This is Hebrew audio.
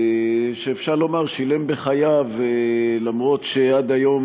שאפשר לומר ששילם בחייו, אף-על-פי שעד היום